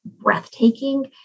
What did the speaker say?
breathtaking